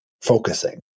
focusing